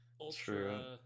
Ultra